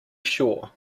sure